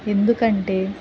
ఎందుకంటే